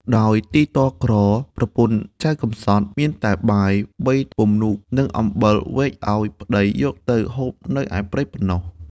ដោយទីទ័លក្រ ប្រពន្ធចៅកំសត់ មានតែបាយ បីពំនូក និងអំបិលវេចអោយប្តីយកទៅហូបនៅឯព្រៃប៉ុណ្ណោះ ។